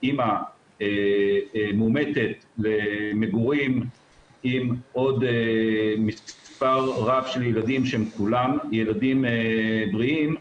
אמא מאומתת למגורים עם עוד מספר רב של ילדים שהם יכולים ילדים בריאים,